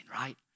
right